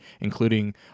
including